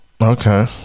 okay